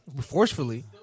Forcefully